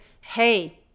hey